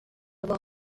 avoir